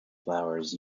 flowers